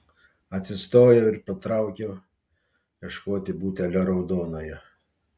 atsistojau ir patraukiau ieškoti butelio raudonojo